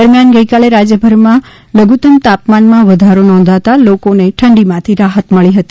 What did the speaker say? દરમ્યાન ગઇકાલે રાજ્યભરમાં વધુત્તમ તાપમાનમાં વધારો નોંધાતા લોકોને ઠંડીમાંથી રાહત મળી હતી